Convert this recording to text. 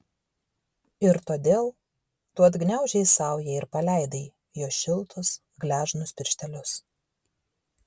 ir todėl tu atgniaužei saują ir paleidai jo šiltus gležnus pirštelius